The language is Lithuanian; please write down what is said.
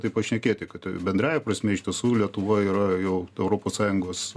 tai pašnekėti kad bendrąja prasme iš tiesų lietuva yra jau europos sąjungos